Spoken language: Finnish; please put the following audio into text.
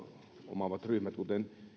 omaavista ryhmistä kuten